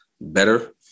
better